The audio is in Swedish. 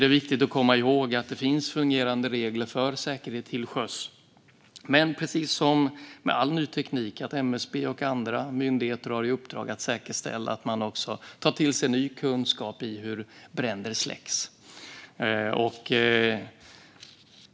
Det är viktigt att komma ihåg att det finns fungerande regler för säkerhet till sjöss. Men precis som när det gäller all ny teknik har MSB och andra myndigheter i uppdrag att säkerställa att de tar till sig ny kunskap om hur bränder släcks.